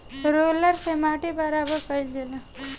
roller से माटी बराबर कइल जाला